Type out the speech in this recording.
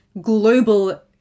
global